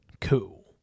cool